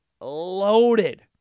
loaded